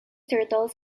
turtles